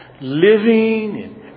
living